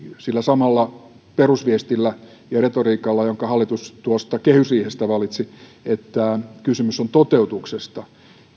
sillä samalla perusviestillä ja retoriikalla jonka hallitus tuosta kehysriihestä valitsi että kysymys on toteutuksesta